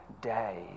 day